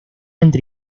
entre